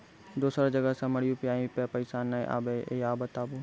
दोसर जगह से हमर यु.पी.आई पे पैसा नैय आबे या बताबू?